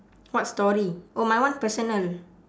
what story oh my one personal